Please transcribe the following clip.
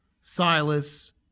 Silas